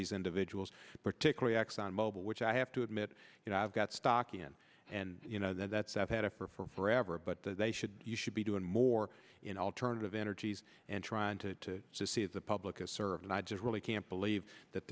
these individuals particularly exxon mobil which i have to admit that i've got stock in and you know that's i've had a for for forever but that they should you should be doing more in alternative energies and trying to see if the public is served and i just really can't believe that